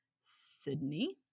sydney